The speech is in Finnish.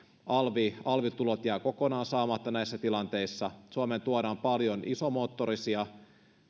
alvitulot alvitulot jäävät kokonaan saamatta näissä tilanteissa suomeen tuodaan paljon isomoottorisia